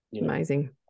amazing